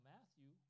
Matthew